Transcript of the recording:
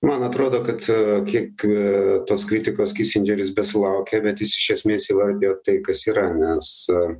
man atrodo kad kiek tos kritikos kisindžeris besulaukia bet jis iš esmės įvardijo tai kas yra nes e